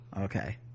Okay